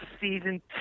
season